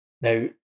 Now